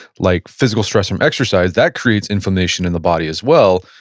like physical stress from exercise. that creates inflammation in the body as well,